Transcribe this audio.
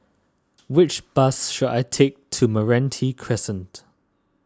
which bus should I take to Meranti Crescent